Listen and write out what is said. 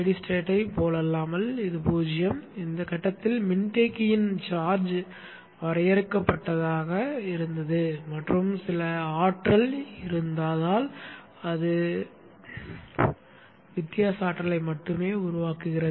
நிலையான நிலையின் விஷயத்தில் போலல்லாமல் இந்த கட்டத்தில் மின்தேக்கியின் சார்ஜ் வரையறுக்கப்பட்டதாக இருக்கிறது மற்றும் சில ஆற்றல் இருந்தால் அது வித்தியாச ஆற்றலை மட்டுமே உருவாக்குகிறது